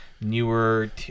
newer